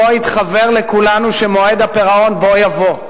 כשבו התחוור לכולנו שמועד הפירעון בוא יבוא,